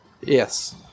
Yes